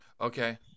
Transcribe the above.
Okay